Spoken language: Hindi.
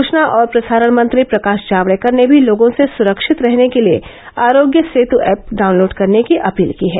सूचना और प्रसारण मंत्री प्रकाश जावड़ेकर ने भी लोगों से सुरक्षित रहने के लिए आरोग्य सेतु ऐप डाउनलोड करने की अपील की है